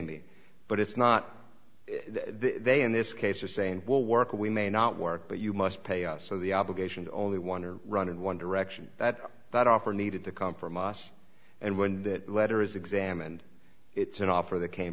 me but it's not they in this case are saying will work we may not work but you must pay us so the obligations only one are run in one direction that that offer needed to come from us and when that letter is examined it's an offer that came